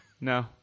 No